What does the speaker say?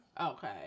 Okay